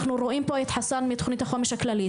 אנחנו רואים פה את חסאן מתוכנית החומש הכללית,